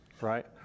right